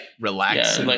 relax